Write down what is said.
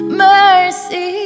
mercy